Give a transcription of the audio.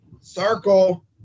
circle